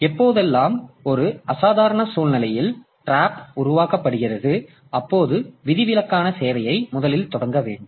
எப்பொழுதெல்லாம் ஒரு அசாதாரண சூழ்நிலையில் டிராப் உருவாக்கப்படுகிறது அப்பொழுது விதிவிலக்கான சேவையை முதலில் தொடங்கப்பட வேண்டும்